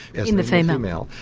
in the female,